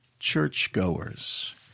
Churchgoers